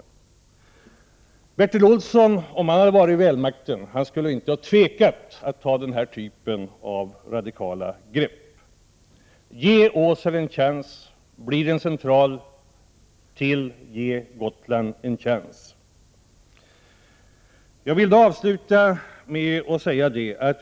Om Bertil Olsson hade varit den ansvarige, skulle han inte ha tvekat att ta den här typen av radikala grepp. Ge Åsele en chans! Blir det en central till — ge Gotland en chans!